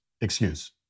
excuse